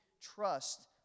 trust